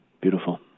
Beautiful